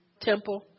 temple